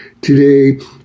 today